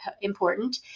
important